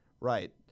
Right